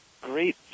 great